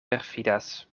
perfidas